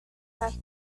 that